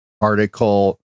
article